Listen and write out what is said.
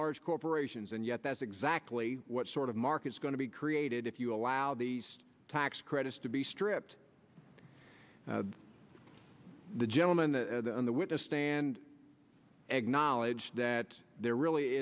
large corporations and yet that's exactly what sort of market is going to be created if you allow these tax credits to be stripped the gentleman the on the witness stand eg knowledge that there really